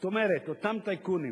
זאת אומרת, אותם טייקונים,